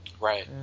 right